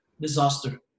disaster